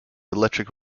electric